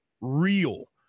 real